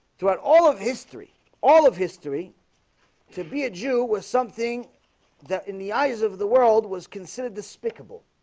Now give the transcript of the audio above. throughout all of history all of history to be a jew was something that in the eyes of the world was considered despicable